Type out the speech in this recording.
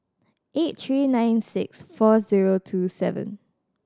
eight three nine six four zero two seven